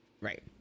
Right